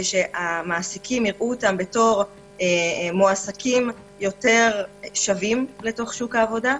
שהמעסיקים יראו אותם בתור מועסקים יותר שווים בתוך שוק העבודה.